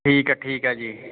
ਠੀਕ ਹੈ ਠੀਕ ਹੈ ਜੀ